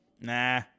nah